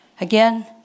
again